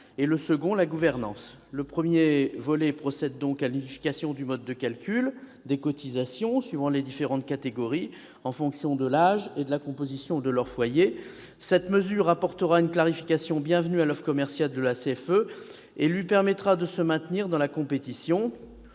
et le second la gouvernance. Le premier volet procède à l'unification du mode de calcul des cotisations des différentes catégories d'adhérents, en fonction de leur catégorie d'âge et de la composition de leur foyer. Cette mesure apportera une clarification bienvenue à l'offre commerciale de la CFE et lui permettra de se maintenir dans la compétition.